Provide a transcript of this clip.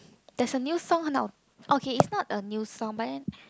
there's a new song 很好 okay it's not a new song but then